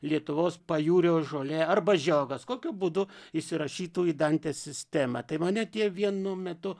lietuvos pajūrio žolė arba žiogas kokiu būdu įsirašytų į dantės sistemą tai mane tie vienu metu